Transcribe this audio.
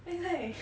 then it's like